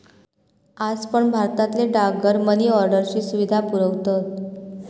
आज पण भारतातले डाकघर मनी ऑर्डरची सुविधा पुरवतत